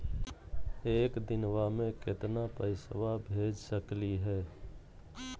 एक दिनवा मे केतना पैसवा भेज सकली हे?